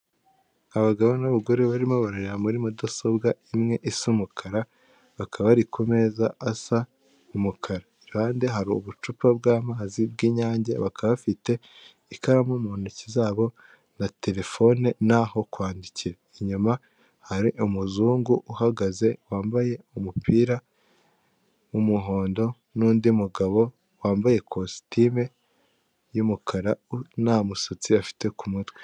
Abagabo n'abagore barimo barareba muri mudasobwa imwe isa umukara, bakaba bari ku meza asa umukara, iruhande hari ubucupa bw'amazi bw'inyange, bakaba bafite ikaramu mu ntoki zabo na terefone naho kwandikira, inyuma hari umuzungu uhagaze wambaye umupira w'umuhondo n'undi mugabo wambaye ikositimu y'umukara nta musatsi afite ku mutwe.